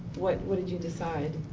what what did you decide?